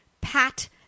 pat